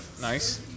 Nice